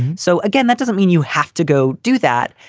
so, again, that doesn't mean you have to go do that.